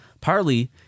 Partly